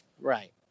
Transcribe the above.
right